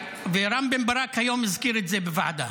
ורם בן ברק הזכיר את זה היום בוועדה.